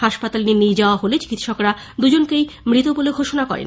হাসপাতালে নিয়ে যাওয়া হলে চিকিৎসকরা দু জনকেই মৃত বলে ঘোষণা করেন